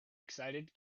excited